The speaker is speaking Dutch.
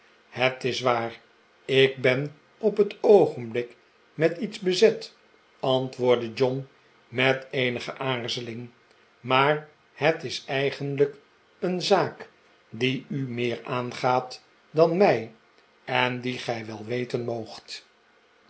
het is waar ik ben op het oogenblik met iets bezet antwoordde john met eenige aarzeling maar het is eigenlijk een zaak die u meer aangaat dan mij en die gij wel weten